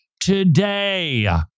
today